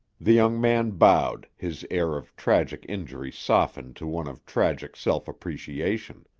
the young man bowed, his air of tragic injury softened to one of tragic self-appreciation.